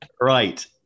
Right